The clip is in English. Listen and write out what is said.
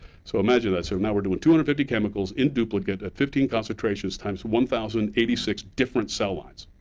so, imagine that. so now we're doing two hundred and fifty chemicals, in duplicate, at fifteen concentrations times one thousand and eighty six different cell lines.